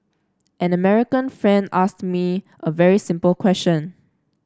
an American friend asked me a very simple question